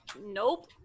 Nope